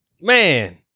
Man